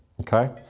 okay